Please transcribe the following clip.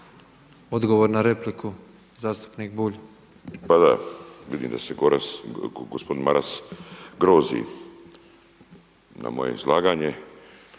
Odgovor na repliku zastupnik Bulj. **Bulj, Miro (MOST)** … vidim da se gospodin Maras grozi na moje izlaganje.